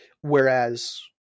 whereas